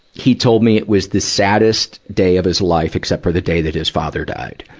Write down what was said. he told me it was the saddest day of his life, except for the day that his father died.